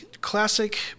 classic